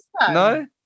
no